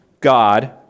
God